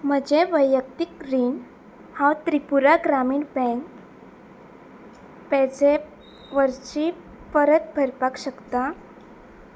म्हजें वैयक्तीक रीण हांव त्रिपुरा ग्रामीण बँक पेझॅप वर्ची परत भरपाक शकता